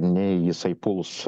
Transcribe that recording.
nei jisai puls